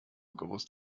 gewusst